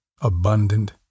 abundant